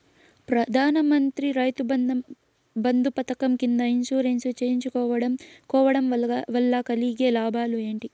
ప్రధాన మంత్రి రైతు బంధు పథకం కింద ఇన్సూరెన్సు చేయించుకోవడం కోవడం వల్ల కలిగే లాభాలు ఏంటి?